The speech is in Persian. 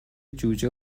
جوجه